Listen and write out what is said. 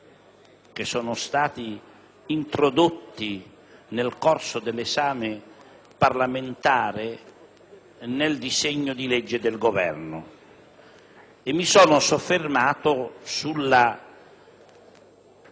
che sono stati introdotti nel corso dell'esame parlamentare nel disegno di legge presentato dal Governo e mi sono soffermato sulla